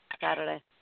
Saturday